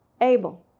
Abel